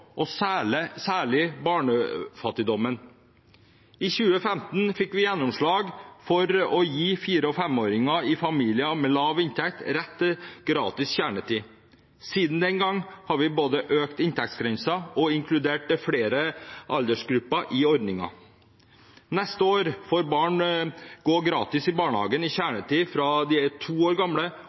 og særlig barnefattigdommen. I 2015 fikk vi gjennomslag for å gi fire- og femåringer i familier med lav inntekt rett til gratis kjernetid. Siden den gang har vi både økt inntektsgrensen og inkludert flere aldersgrupper i ordningen. Neste år får barn gå gratis i barnehagen i kjernetiden fra de er to år gamle,